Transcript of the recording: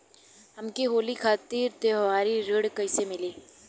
हमके होली खातिर त्योहारी ऋण कइसे मीली?